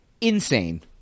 insane